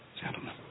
gentlemen